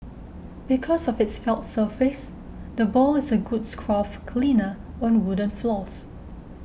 because of its felt surface the ball is a good scruff cleaner on wooden floors